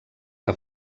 que